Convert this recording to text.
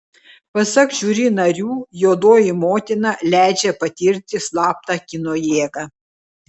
pasak žiuri narių juodoji motina leidžia patirti slaptą kino jėgą